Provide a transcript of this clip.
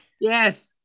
Yes